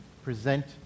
present